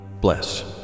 bless